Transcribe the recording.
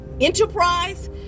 enterprise